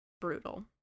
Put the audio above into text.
brutal